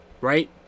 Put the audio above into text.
Right